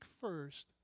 first